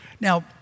Now